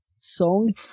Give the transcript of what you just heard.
song